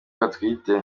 batwite